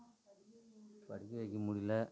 படிக்க வைக்க முடில